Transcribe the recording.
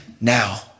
now